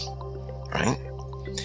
right